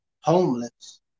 homeless